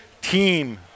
team